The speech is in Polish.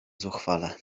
zuchwale